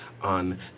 on